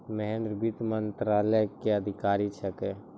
महेन्द्र वित्त मंत्रालय के अधिकारी छेकै